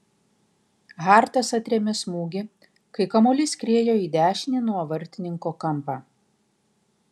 hartas atrėmė smūgį kai kamuolys skriejo į dešinį nuo vartininko kampą